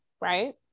right